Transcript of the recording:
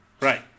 Right